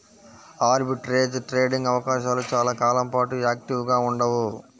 arbitrage trading అవకాశాలు చాలా కాలం పాటు యాక్టివ్గా ఉండవు